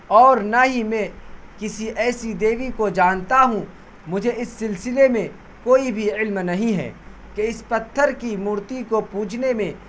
اور نہ ہی میں کسی ایسی دیوی کو جانتا ہوں مجھے اس سلسلے میں کوئی بھی علم نہیں ہے کہ اس پتھر کی مورتی کو پوجنے میں